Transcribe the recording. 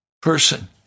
person